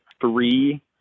three